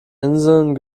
inseln